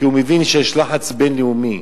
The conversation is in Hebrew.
כי הוא מבין שיש לחץ בין-לאומי.